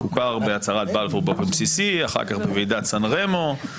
הוכר בהצהרת בלפור באופן בסיסי ואחר כך בוועידת סן רמו.